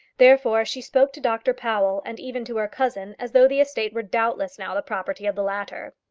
therefore she spoke to dr powell, and even to her cousin, as though the estate were doubtless now the property of the latter.